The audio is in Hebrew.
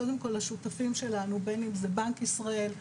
קודם כל השותפים שלנו בין אם זה בנק ישראל,